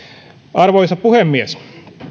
arvoisa puhemies